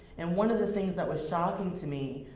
and one of the things that was shocking to me,